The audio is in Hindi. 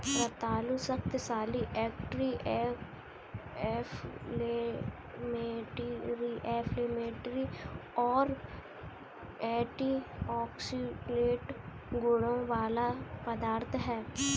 रतालू शक्तिशाली एंटी इंफ्लेमेटरी और एंटीऑक्सीडेंट गुणों वाला पदार्थ है